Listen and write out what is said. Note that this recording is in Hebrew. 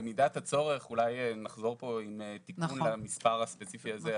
במידת הצורך אולי נחזור פה עם תיקון למספר הספציפי הזה.